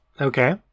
Okay